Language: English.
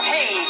Hey